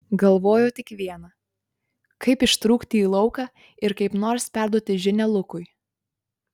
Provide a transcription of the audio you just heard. galvojo tik viena kaip ištrūkti į lauką ir kaip nors perduoti žinią lukui